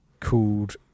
called